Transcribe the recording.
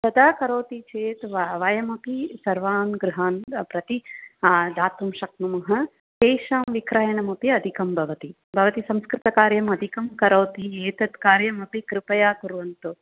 तथा करोति चेत् वयमपि सर्वान् गृहान् प्रति दातुं शक्नुम तेषां विक्रयणमपि अधिकं भवति भवती संस्कृतकार्यम् अधिकं करोति एतत् कार्यमपि कृपया कुर्वन्तु